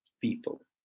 people